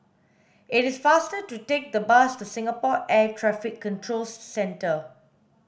it is faster to take the bus to Singapore Air Traffic Control Centre